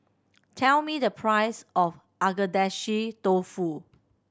tell me the price of Agedashi Dofu